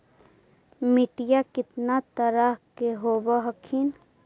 मिट्टीया कितना तरह के होब हखिन?